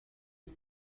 est